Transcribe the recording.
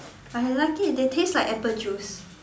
I like it they taste like apple juice